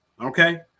okay